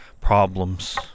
problems